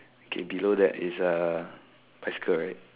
okay below that is a bicycle right